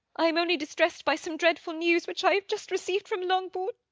i am only distressed by some dreadful news which i have just received from longbourn.